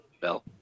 Bell